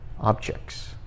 objects